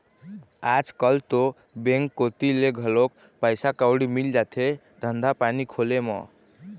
आजकल तो बेंक कोती ले घलोक पइसा कउड़ी मिल जाथे धंधा पानी खोले म